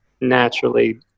naturally